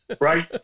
Right